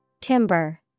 Timber